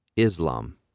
Islam